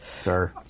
Sir